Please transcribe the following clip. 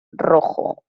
rojo